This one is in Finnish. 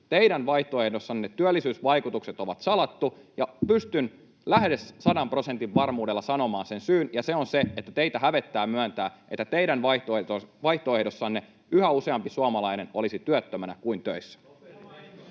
Teidän vaihtoehdossanne työllisyysvaikutukset on salattu, ja pystyn lähes 100 prosentin varmuudella sanomaan sen syyn, ja se on se, että teitä hävettää myöntää, että teidän vaihtoehdossanne yhä useampi suomalainen olisi työttömänä kuin töissä.